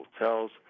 hotels